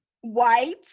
White